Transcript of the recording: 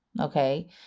Okay